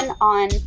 on